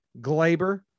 Glaber